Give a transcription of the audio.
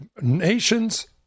Nations